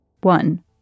One